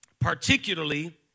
Particularly